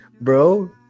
bro